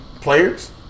players